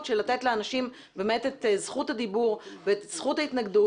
של לתת לאנשים את זכות הדיבור ואת זכות ההתנגדות.